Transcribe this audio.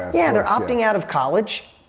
yeah, they're opting out of college.